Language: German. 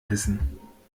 wissen